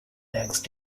next